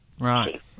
Right